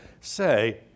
say